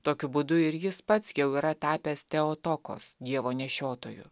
tokiu būdu ir jis pats jau yra tapęs theotokos dievo nešiotoju